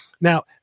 Now